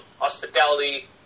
hospitality